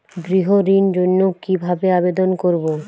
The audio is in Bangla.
গৃহ ঋণ জন্য কি ভাবে আবেদন করব?